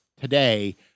today